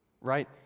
right